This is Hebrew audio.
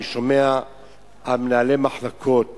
אני שומע על מנהלי מחלקות